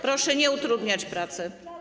Proszę nie utrudniać pracy.